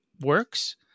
works